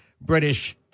British